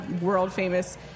world-famous